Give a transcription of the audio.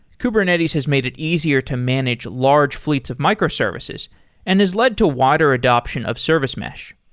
kubernetes has made it easier to manage large fleets of microservices and has led to wider adoption of service mesh.